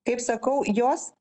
kaip sakau jos